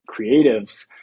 creatives